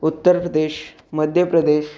Uttar Pradesh Madhya Pradesh